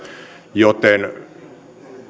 joten